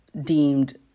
deemed